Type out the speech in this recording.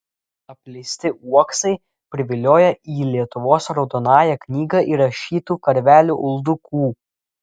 apleisti uoksai privilioja į lietuvos raudonąją knygą įrašytų karvelių uldukų